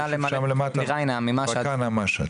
מכיוון ריינה ומשהד.